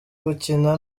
gukina